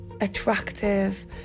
attractive